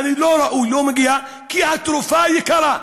יעני לא ראוי, לא מגיע, כי התרופה יקרה.